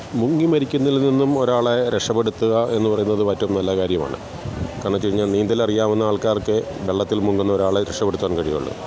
മുങ്ങിമരിക്കുന്നതിൽ നിന്നും ഒരാളെ രക്ഷപ്പെടുത്തുക എന്നു പറയുന്നത് മറ്റും നല്ല കാര്യമാണ് കാരണെച്ചഴിഞ്ഞാല് നീന്തലറിയാവുന്ന ആള്ക്കാര്ക്ക് വെള്ളത്തില് മുങ്ങുന്നൊരാളെ രക്ഷപ്പെടുത്താന് കഴിയുകയുള്ളു